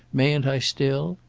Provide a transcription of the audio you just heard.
mayn't i still?